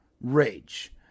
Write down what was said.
rage